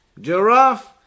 giraffe